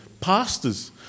pastors